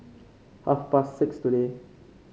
half past six today